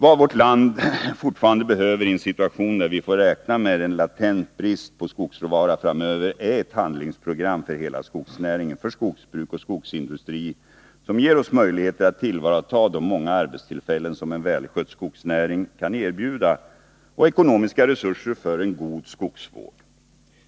Vad vårt land fortfarande behöver i en situation där vi får räkna med en latent brist på skogsråvara framöver är ett handlingsprogram för hela skogsnäringen — för skogsbruk och skogsindustri— vilket ger oss möjlighet att tillvarata de många arbetstillfällen som en välskött skogsnäring kan erbjuda liksom ekonomiska resurser för en god skogsvård.